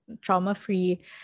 trauma-free